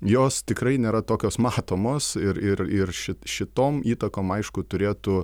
jos tikrai nėra tokios matomos ir ir ir ši šitom įtakom aišku turėtų